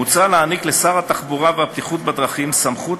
מוצע להעניק לשר התחבורה והבטיחות בדרכים סמכות